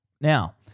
Now